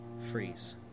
freeze